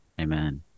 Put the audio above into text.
amen